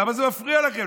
למה זה מפריע לכם?